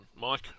Mike